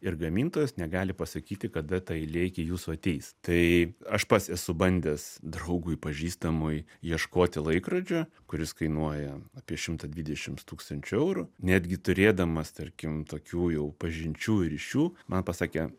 ir gamintojas negali pasakyti kada ta eilė iki jūsų ateis tai aš pats esu bandęs draugui pažįstamui ieškoti laikrodžio kuris kainuoja apie šimtą dvidešims tūkstančių eurų netgi turėdamas tarkim tokių jau pažinčių ir ryšių man pasakė